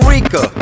Rica